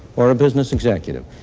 or a business executive.